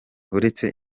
uretse